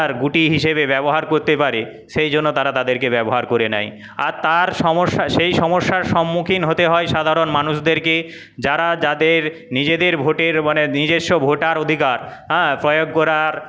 ঘুঁটি হিসেবে ব্যবহার করতে পারে সেই জন্য তারা তাদেরকে ব্যবহার করে নেয় আর তার সমস্যার সেই সমস্যার সন্মুখীন হতে হয় সাধারণ মানুষদেরকে যারা যাদের নিজেদের ভোটের মানে নিজেস্ব ভোটার অধিকার হাঁ প্রয়োগ করার